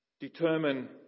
determine